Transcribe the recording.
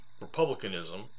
republicanism